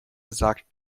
sagt